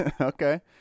okay